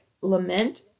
lament